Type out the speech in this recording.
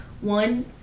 one